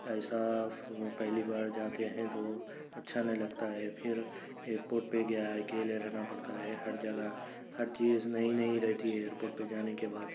ایسا پہلی بار جاتے ہیں تو اچھا نہیں لگتا ہے پھر ایئر پورٹ پہ گیا اکیلے رہنا پڑتا ہے ہر جگہ ہر چیز نئی نئی رہتی ہے ایئر پورٹ پہ جانے کے بعد